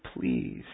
please